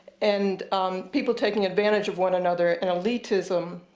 and people taking advantage of one another, and elitism.